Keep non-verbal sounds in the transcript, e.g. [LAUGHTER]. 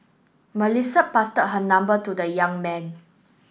Melissa pass [UNINTELLIGIBLE] her number to the young man